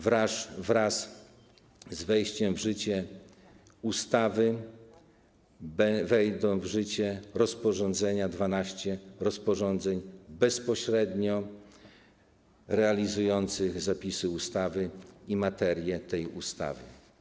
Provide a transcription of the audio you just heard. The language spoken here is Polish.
Wraz z wejściem w życie ustawy wejdą w życie rozporządzenia, wejdzie 12 rozporządzeń bezpośrednio realizujących zapisy ustawy, materię tej ustawy.